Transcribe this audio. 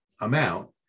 amount